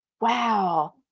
Wow